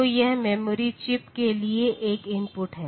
तो यह memory chip के लिए एक इनपुट है